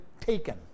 taken